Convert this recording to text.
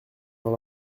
dans